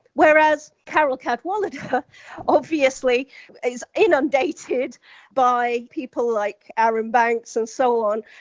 whereas carole cadwalladr obviously is inundated by people like arron banks and so on,